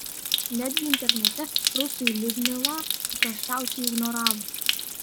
netgi internete rusai liudmilą paprasčiausiai ignoravo